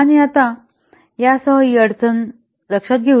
आणि आता यासह ही अडचण घेऊ